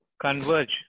converge